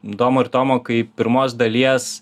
domo ir tomo kaip pirmos dalies